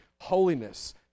holiness